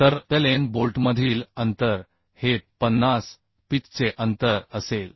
तरLn बोल्टमधील अंतर हे 50पिच चे अंतर असेल